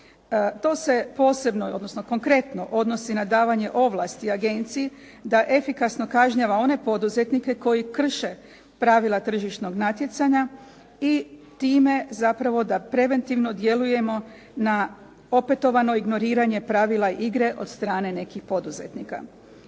To se posebno odnosno konkretno odnosi na davanje ovlasti agenciji da efikasno kažnjava one poduzetnike koji krše pravila tržišnog natjecanja i time zapravo da preventivno djelujemo na opetovano ignoriranje pravila igre od strane nekih poduzetnika.